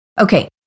Okay